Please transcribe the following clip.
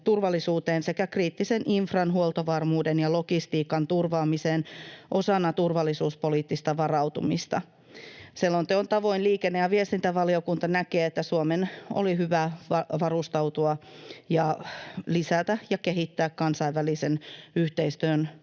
sekä kriittisen infran, huoltovarmuuden ja logistiikan turvaamiseen osana turvallisuuspoliittista varautumista. Selonteon tavoin liikenne- ja viestintävaliokunta näkee, että Suomen oli hyvä varustautua ja lisätä ja kehittää kansainvälisen yhteistyön